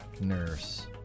nurse